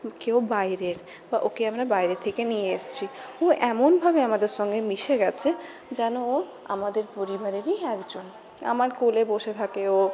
কেউ বাইরের বা ওকে আমরা বাইরে থেকে নিয়ে এসেছি ও এমনভাবে আমাদের সঙ্গে মিশে গেছে যেন ও আমাদের পরিবারেরই একজন আমার কোলে বসে থাকে ও